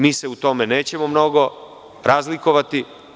Mi se u tome nećemo mnogo razlikovati.